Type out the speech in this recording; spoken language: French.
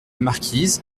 marquise